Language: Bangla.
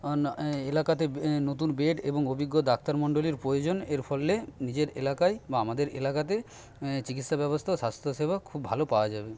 এলাকাতে নতুন বেড এবং অভিজ্ঞ ডাক্তারমণ্ডলীর প্রয়োজন এর ফলে নিজের এলাকায় বা আমাদের এলাকাতে চিকিৎসা ব্যবস্থা ও স্বাস্থ্যসেবা খুব ভালো পাওয়া যাবে